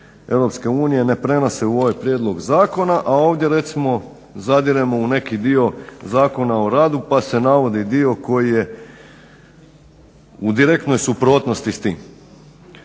ne prenose u ovaj prijedlog zakona a ovdje recimo zadiremo u neki dio Zakona o radu pa se navodi dio koji je u direktnoj suprotnosti s time.